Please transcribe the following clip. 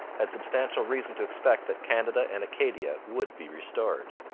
had substantial reason to expect that canada and acadia would be restored.